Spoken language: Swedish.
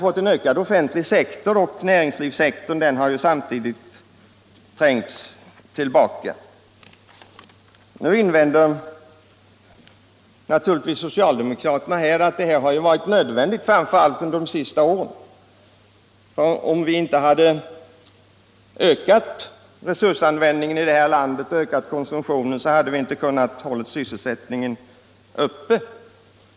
Den offentliga sektorn har ökat, och näringslivet har samtidigt trängts tillbaka. Nu invänder naturligtvis socialdemokraterna att detta har varit nödvändigt, framför allt under de senaste åren. Om vi inte hade ökat resursanvändningen, konsumtionen, här i landet, hade vi inte kunnat hålla sysselsättningen uppe.